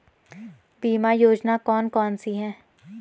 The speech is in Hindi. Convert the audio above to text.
बीमा योजना कौन कौनसी हैं?